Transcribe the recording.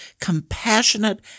compassionate